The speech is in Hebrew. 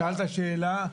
שאלת שאלה.